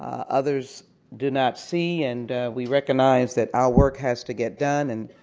others do not see. and we recognize that our work has to get done. and